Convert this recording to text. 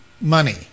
money